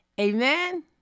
Amen